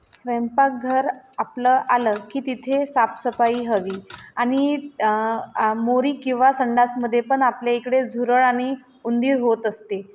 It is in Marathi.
स्वयंपाकघर आपलं आलं की तिथे साफसफाई हवी आणि मोरी किंवा संडासमध्ये पण आपल्या इकडे झुरळ आणि उंदीर होत असते